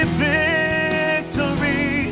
victory